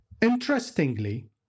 Interestingly